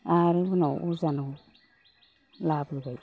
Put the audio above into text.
आरो उनाव अजानाव लाबोबाय